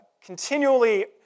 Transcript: continually